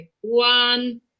one